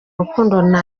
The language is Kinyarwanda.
rukundo